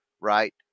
right